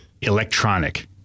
electronic